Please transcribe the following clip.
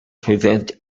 prevent